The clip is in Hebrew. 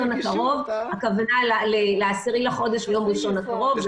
הכוונה ל-10 לחודש ביום ראשון הקרוב.